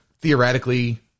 Theoretically